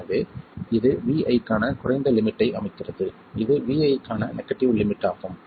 எனவே இது Vi க்கான குறைந்த லிமிட்டை அமைக்கிறது இது Vi க்கான நெகட்டிவ் லிமிட் ஆகும்